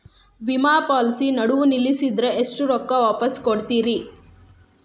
ವಿಮಾ ಪಾಲಿಸಿ ನಡುವ ನಿಲ್ಲಸಿದ್ರ ಎಷ್ಟ ರೊಕ್ಕ ವಾಪಸ್ ಕೊಡ್ತೇರಿ?